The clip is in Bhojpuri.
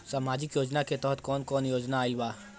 सामाजिक योजना के तहत कवन कवन योजना आइल बा?